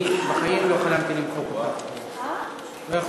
אני בחיים לא חלמתי למחוק אותך, זהבה.